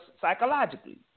psychologically